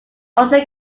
also